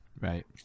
Right